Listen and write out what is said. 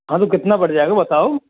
हाँ तो कितना पड़ जाएगा बताओ